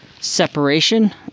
separation